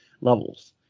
levels